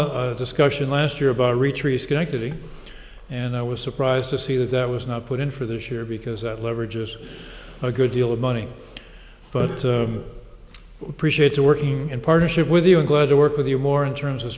r discussion last year about a retreat schenectady and i was surprised to see that that was not put in for this year because that leverage is a good deal of money but to appreciate to working in partnership with you and glad to work with you more in terms of